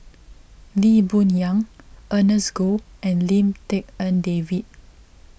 Lee Boon Yang Ernest Goh and Lim Tik En David